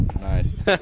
Nice